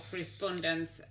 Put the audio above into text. respondents